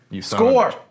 Score